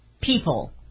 people